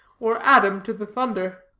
or adam to the thunder.